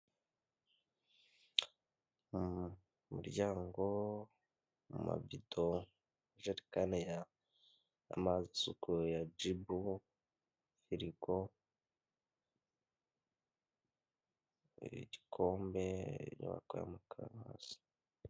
Mu muryango amabido amajerekani ya amazi asukuye ya jibu, firigo igikombe n'abakora mukabati.